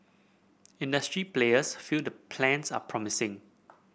industry players feel the plans are promising